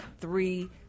three